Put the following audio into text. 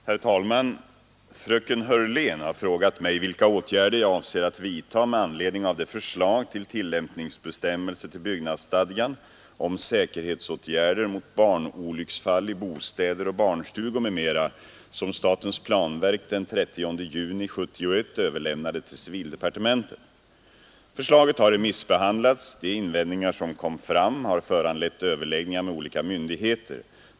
Herr talman! Fröken Hörlén har frågat mig vilka åtgärder jag avser att vidtaga med anledning av det förslag till tillämpningsbestämmelser till byggnadsstadgan om säkerhetsåtgärder mot barnolycksfall i bostäder och barnstugor m.m. som statens planverk den 13 juni 1971 överlämnade till civildepartementet. Förslaget har remissbehandlats. De invändningar som kom fram har föranlett överläggningar med olika myndigheter.